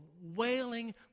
wailing